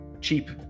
cheap